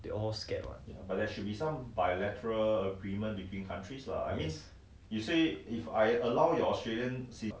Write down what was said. they all scared what